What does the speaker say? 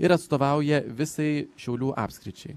ir atstovauja visai šiaulių apskričiai